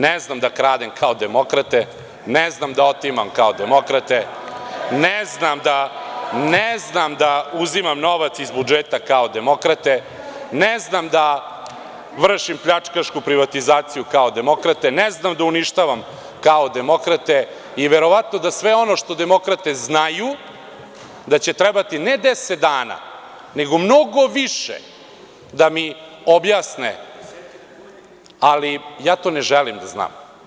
Ne znam da kradem kao demokrate, ne znam da otimam kao demokrate, ne znam da uzimam novac iz budžeta kao demokrate, ne znam da vrši pljačkašku privatizaciju kao demokrate, ne znam da uništavam kao demokrate i verovatno da sve ono što demokrate znaju da će trebati ne deset dana nego mnogo više da mi objasne, ali ja to ne želim da znam.